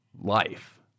life